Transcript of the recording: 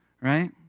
Right